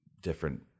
different